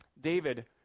David